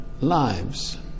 lives